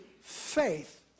faith